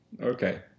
Okay